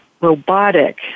robotic